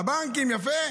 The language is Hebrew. הבנקים, יפה.